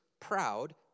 proud